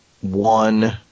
one